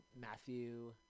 Matthew